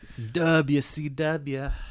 WCW